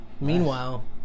Meanwhile